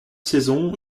saison